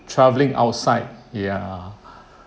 travelling outside ya